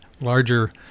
larger